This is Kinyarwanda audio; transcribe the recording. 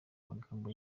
magambo